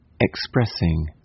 expressing